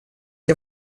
jag